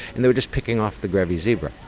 and they were just picking off the grevy's zebra.